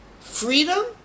Freedom